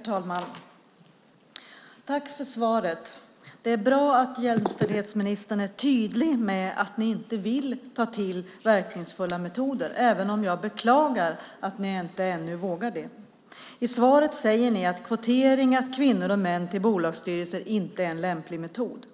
Herr talman! Tack för svaret, statsrådet! Det är bra att jämställdhetsministern är tydlig med att ni inte vill ta till verkningsfulla metoder, även om jag beklagar att ni inte ännu vågar det. I svaret säger ni att "kvotering av kvinnor och män till bolagsstyrelser inte är en lämplig metod".